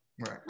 Right